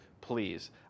please